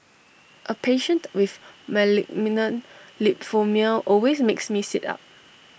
A patient with lymphoma always makes me sit up